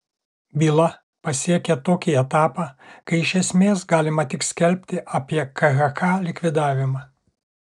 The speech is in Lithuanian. byla pasiekė tokį etapą kai iš esmės galima tik skelbti apie khk likvidavimą